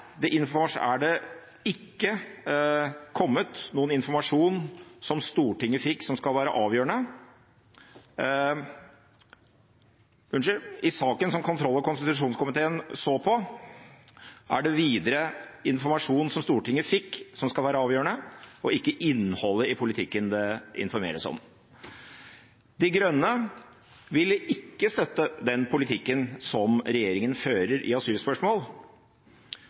informasjon som Stortinget fikk, som skal være avgjørende, og ikke innholdet i politikken det informeres om. De Grønne vil ikke støtte den politikken som regjeringen fører i asylspørsmål, og vi er akkurat like uenige i den praksisen som Arbeiderpartiet og de rød-grønne innførte allerede for flere år siden, hvor asylinstituttet etter den